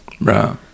Right